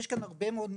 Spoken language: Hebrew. יש פה הרבה מאוד מגוון.